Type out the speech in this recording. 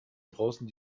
draußen